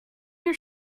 your